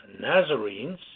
Nazarenes